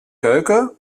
keuken